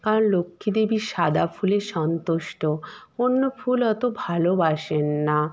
কারণ লক্ষ্মী দেবী সাদা ফুলে সন্তুষ্ট অন্য ফুল অত ভালোবাসেন না